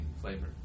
flavor